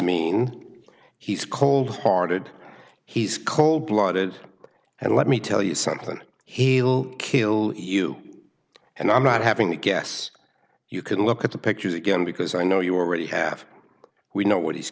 mean he's cold hearted he's cold blooded and let me tell you something he'll kill you and i'm not having to guess you can look at the pictures again because i know you already have we know what he's